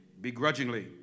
begrudgingly